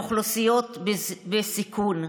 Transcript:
לאוכלוסיות בסיכון,